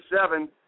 seven